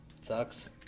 sucks